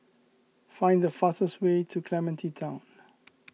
find the fastest way to Clementi Town